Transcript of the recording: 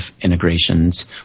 integrations